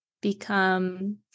become